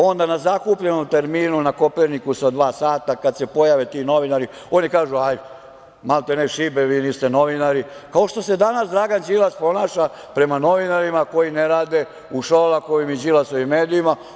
Onda, na zakupljenom terminu na „Kopernikusu“, dva sata, kad se pojave ti novinari, oni kažu– ajde, maltene iš, vi niste novinari, kao što se danas Dragan Đilas ponaša prema novinarima koji ne rade u Šolakovim i Đilasovim medijima.